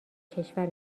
کشور